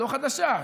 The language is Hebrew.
לא חדשה,